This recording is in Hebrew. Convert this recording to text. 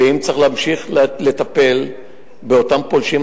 ואם צריך להמשיך לטפל באותם פולשים,